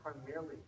primarily